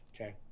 Okay